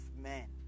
men